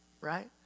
right